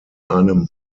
einem